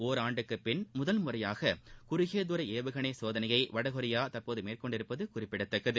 ஒராண்டுக்கு பின் முதல்முறையாக குறுகிய தூர ஏவுகணை சோதனையை வடகொரியா தற்போது மேற்கொண்டிருப்பது குறிப்பிடத்தக்கது